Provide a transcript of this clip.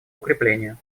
укреплению